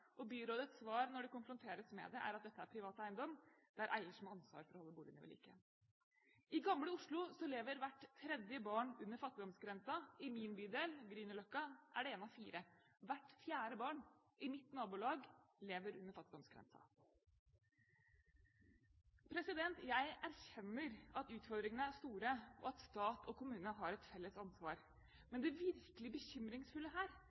Og byrådets svar når de konfronteres med det, er at dette er «privat eiendom», og at «det er eier som har ansvar for å holde boligene ved like». I Gamle Oslo lever hvert tredje barn under fattigdomsgrensen. I min bydel, Grünerløkka, gjelder det én av fire. Hvert fjerde barn i mitt nabolag lever under fattigdomsgrensen. Jeg erkjenner at utfordringene er store, og at stat og kommune har et felles ansvar. Men det virkelig bekymringsfulle her